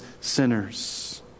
sinners